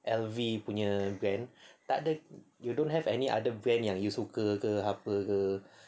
L_V punya brand tak ada you don't have any other brand yang you suka ke apa ke